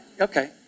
Okay